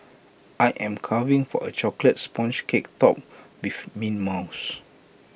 I am craving for A Chocolate Sponge Cake Topped with Mint Mousse